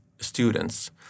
students